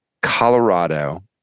Colorado